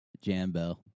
Jambo